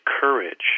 courage